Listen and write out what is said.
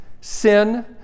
Sin